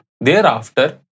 thereafter